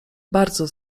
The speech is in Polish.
bardzo